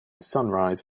sunrise